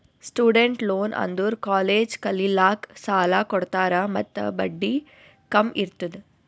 student loan ಅಂದುರ್ college ಕಲಿಲ್ಲಾಕ್ಕ್ ಸಾಲ ಕೊಡ್ತಾರ ಮತ್ತ ಬಡ್ಡಿ ಕಮ್ ಇರ್ತುದ್